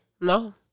No